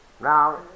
Now